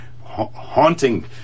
haunting